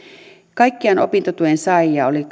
kaikkiaan opintotuen saajia oli